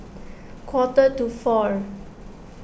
quarter to four